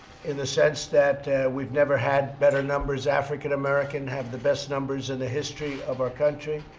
in the sense that we've never had better numbers. african american have the best numbers in the history of our country.